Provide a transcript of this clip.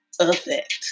effect